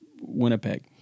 Winnipeg